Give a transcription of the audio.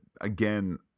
again